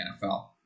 NFL